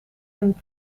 een